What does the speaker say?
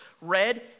Red